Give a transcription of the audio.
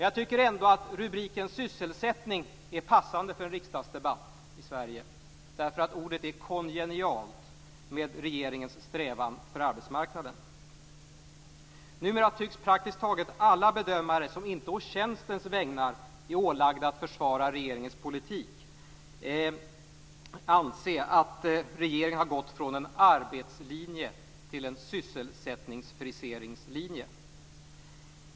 Jag tycker ändå att rubriken Sysselsättning är passande för en riksdagsdebatt i Sverige. Ordet är ju kongenialt med regeringens strävan för arbetsmarknaden. Numera tycks praktiskt taget alla bedömare som inte å tjänstens vägnar är ålagda att försvara regeringens politik anse att regeringen har gått från en arbetslinje till ett sysselsättningsfriseringslinje.